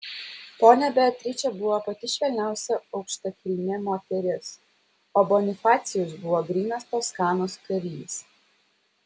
ponia beatričė buvo pati švelniausia aukštakilmė moteris o bonifacijus buvo grynas toskanos karys